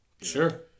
Sure